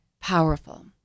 powerful